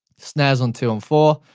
snares on two and four.